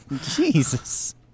Jesus